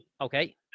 Okay